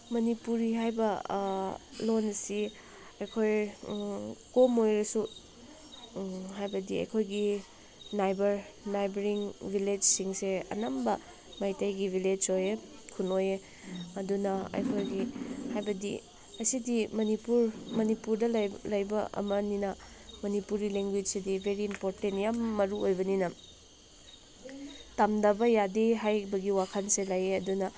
ꯃꯅꯤꯄꯨꯔꯤ ꯍꯥꯏꯕ ꯂꯣꯜꯁꯤ ꯑꯩꯈꯣꯏ ꯀꯣꯝ ꯑꯣꯏꯔꯁꯨ ꯍꯥꯏꯕꯗꯤ ꯑꯩꯈꯣꯏꯒꯤ ꯅꯥꯏꯕꯔ ꯅꯥꯏꯕꯔꯤꯡ ꯚꯤꯂꯦꯖꯁꯤꯡꯁꯦ ꯑꯅꯝꯕ ꯃꯩꯇꯩꯒꯤ ꯚꯤꯂꯦꯖ ꯑꯣꯏꯌꯦ ꯈꯨꯟ ꯑꯣꯏꯌꯦ ꯑꯗꯨꯅ ꯑꯩꯈꯣꯏꯒꯤ ꯍꯥꯏꯕꯗꯤ ꯑꯁꯤꯗꯤ ꯃꯅꯤꯄꯨꯔ ꯃꯅꯤꯄꯨꯔꯗ ꯂꯩꯕ ꯑꯃꯅꯤꯅ ꯃꯅꯤꯄꯨꯔꯤ ꯂꯦꯡꯒ꯭ꯋꯦꯖꯁꯤꯗꯤ ꯚꯦꯔꯤ ꯏꯝꯄꯣꯔꯇꯦꯟ ꯌꯥꯝ ꯃꯔꯨ ꯑꯣꯏꯕꯅꯤꯅ ꯇꯝꯗꯕ ꯌꯥꯗꯦ ꯍꯥꯏꯕꯒꯤ ꯋꯥꯈꯜꯁꯦ ꯂꯩꯌꯦ ꯑꯗꯨꯅ